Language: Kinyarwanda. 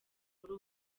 muri